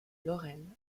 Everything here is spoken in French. lorraine